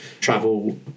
travel